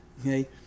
Okay